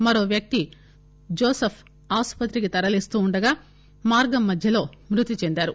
మరొక వ్యక్తి జోసఫ్ ఆసుపత్రికి తరలిస్తుండగా మార్గమధ్యం మృతి చెందారు